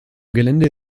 gelände